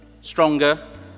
stronger